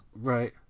Right